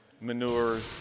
manures